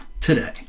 today